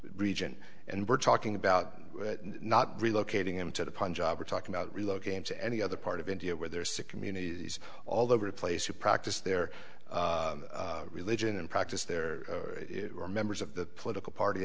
region and we're talking about not relocating him to the punjab or talking about relocating to any other part of india where there are sick communities all over the place who practice their religion and practice there are members of the political party